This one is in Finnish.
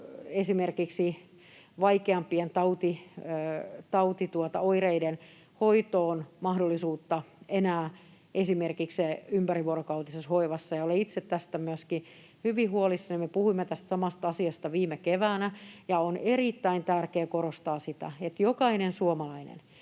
esimerkiksi vaikeampien tautioireiden hoitoon mahdollisuutta enää esimerkiksi ympärivuorokautisessa hoivassa. Olen itse tästä myöskin hyvin huolissani. Me puhuimme tästä samasta asiasta viime keväänä, ja on erittäin tärkeää korostaa sitä, että jokaisen suomalaisen